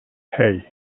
hey